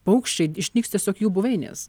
paukščiai išnyks tiesiog jų buveinės